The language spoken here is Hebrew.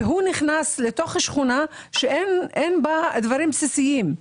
והוא נכנס לשכונה שאין בה דברים בסיסיים.